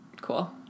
Cool